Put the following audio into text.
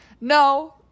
no